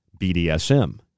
BDSM